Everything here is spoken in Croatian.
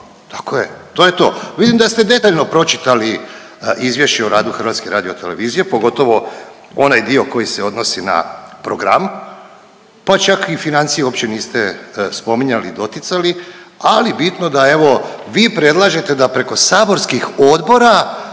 tako je, to je to. Vidim da ste detaljno pročitali Izvješće o radu HRT-a, pogotovo onaj dio koji se odnosi na program, pa čak i financije uopće niste spominjali i doticali, ali bitno da evo vi predlažete da preko saborskih odbora